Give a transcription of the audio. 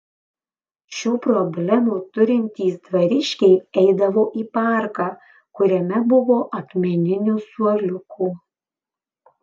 šių problemų turintys dvariškiai eidavo į parką kuriame buvo akmeninių suoliukų